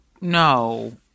no